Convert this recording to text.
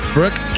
Brooke